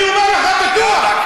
אני אומר לך: בטוח.